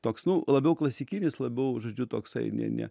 toks nu labiau klasikinis labiau žodžiu toksai ne ne